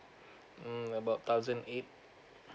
mm about thousand eight